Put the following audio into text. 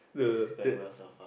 this is going well so far